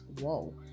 Whoa